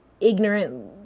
ignorant